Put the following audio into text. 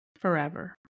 forever